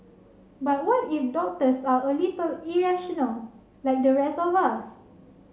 but what if doctors are a little irrational like the rest of us